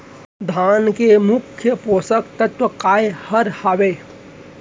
धान के मुख्य पोसक तत्व काय हर हावे?